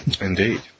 Indeed